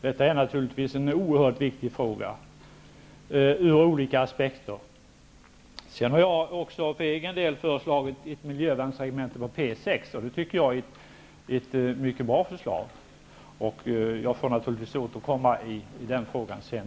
Detta är naturligtvis en oerhört viktig fråga ur olika aspekter. Sedan har jag för egen del också föreslagit ett miljövärnsregemente på P 6, och det tycker jag är ett mycket bra förslag; jag får naturligtvis senare återkomma i den frågan.